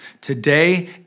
today